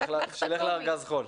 שילך לארגז החול.